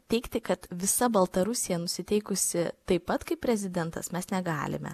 teigti kad visa baltarusija nusiteikusi taip pat kaip prezidentas mes negalime